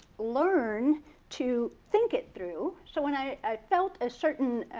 learn to think it through. so when i felt a certain